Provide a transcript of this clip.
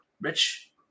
rich